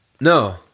No